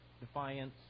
defiance